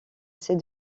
ses